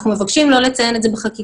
אנחנו מבקשים לא לציין את זה בחקיקה,